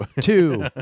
two